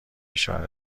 اشاره